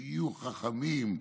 שיהיו חכמים.